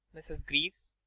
mrs. greaves.